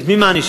את מי מענישים?